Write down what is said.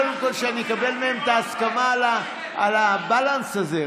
שקודם כול אני אקבל מהם את ההסכמה על ה-balance הזה.